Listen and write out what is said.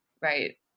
right